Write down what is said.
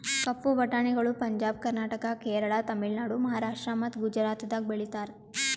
ಕಪ್ಪು ಬಟಾಣಿಗಳು ಪಂಜಾಬ್, ಕರ್ನಾಟಕ, ಕೇರಳ, ತಮಿಳುನಾಡು, ಮಹಾರಾಷ್ಟ್ರ ಮತ್ತ ಗುಜರಾತದಾಗ್ ಬೆಳೀತಾರ